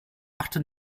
achte